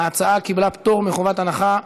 ההצעה קיבלה פטור מחובת הנחה,